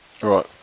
Right